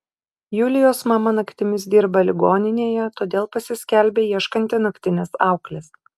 julijos mama naktimis dirba ligoninėje todėl pasiskelbia ieškanti naktinės auklės